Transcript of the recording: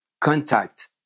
contact